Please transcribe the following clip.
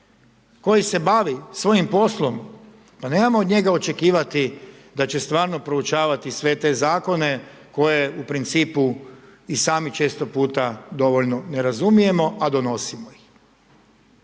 koji se bavi svojim poslom, pa nemojmo od njega očekivati da će stvarno proučavati sve te zakone, koji u principu i sami često puta ne razumijemo a donosimo.